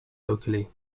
locally